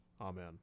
amen